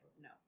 no